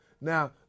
Now